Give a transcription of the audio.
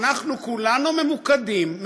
אנחנו כולנו ממוקדים,